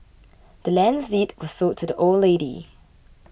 the land's deed was sold to the old lady